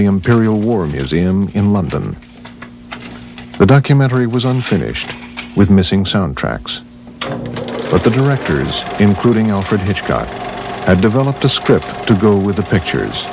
the imperial war museum in london the documentary was unfinished with missing soundtracks but the directors including alfred hitchcock i developed a script to go with the pictures